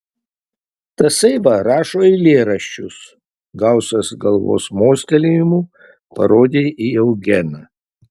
tasai va rašo eilėraščius gausas galvos mostelėjimu parodė į eugeną